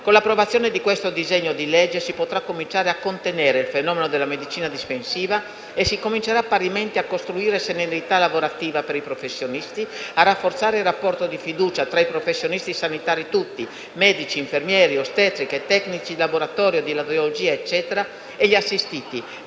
Con l'approvazione di questo disegno di legge si potrà cominciare a contenere il fenomeno della medicina difensiva e si comincerà parimenti a costruire serenità lavorativa per i professionisti, a rafforzare il rapporto di fiducia tra i professionisti sanitari tutti (medici, infermieri, ostetriche, tecnici di laboratorio, di radiologia) e gli assistiti